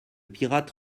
pirate